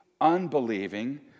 unbelieving